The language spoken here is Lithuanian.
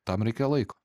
tam reikia laiko